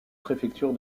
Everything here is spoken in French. préfecture